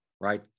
right